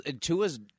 Tua's